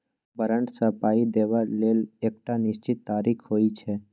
बारंट सँ पाइ देबा लेल एकटा निश्चित तारीख होइ छै